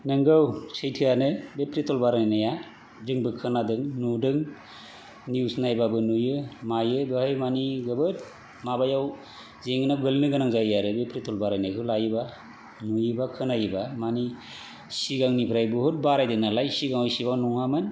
नंगौ सैथोआनो बे पेट्रल बारायनाया जोंबो खोनादों नुदों निउज नायबाबो नुयो मायो बेवहाय मानि जोबोद माबायाव जेंनायाव गोग्लैनो गोनां जायो आरो बे पेट्रलबारायनायखौ लायोबा नुयोबा खोनायोबा मानि सिगांनिफ्राय बहुत बारायदो नालाय सिगाङाव एसेबां नङामोन